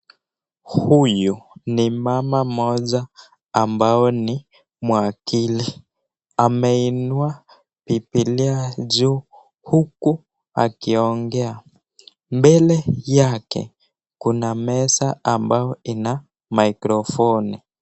Huyu ni mama mmoja ambaye ni wakili . Ameinua bibilia juu huku akiongea . Mbele yake kuna meza ambayo ina mikrofoni .